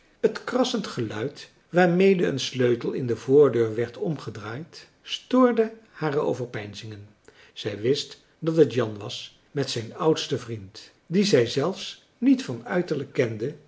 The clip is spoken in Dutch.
het krassend geluid waarmede een sleutel in de voordeur werd omgedraaid stoorde hare overpeinzingen zij wist dat het jan was met zijn oudsten vriend dien zij zelfs niet van uiterlijk kende